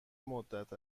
مدت